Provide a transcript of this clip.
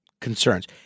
concerns